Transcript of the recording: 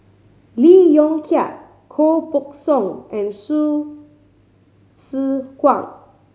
Lee Yong Kiat Koh Buck Song and Hsu Tse Kwang